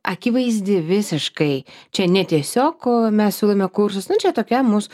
akivaizdi visiškai čia ne tiesiog mes siūlome kursus nu čia tokia mus